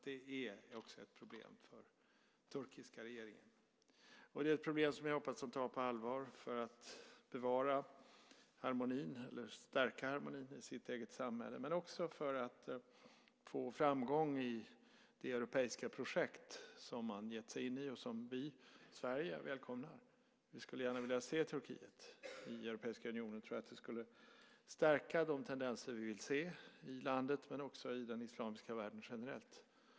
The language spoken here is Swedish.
Det är också ett problem för den turkiska regeringen, och det är ett problem som jag hoppas att de tar på allvar, både för att bevara och stärka harmonin i sitt eget samhälle och för att få framgång i de europeiska projekt som man har gett sig in i och som vi i Sverige välkomnar. Vi skulle gärna vilja se Turkiet i Europeiska unionen. Jag tror att det skulle stärka de tendenser vi vill se i landet, men också i den islamiska världen generellt.